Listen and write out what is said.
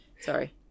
Sorry